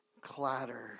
clatter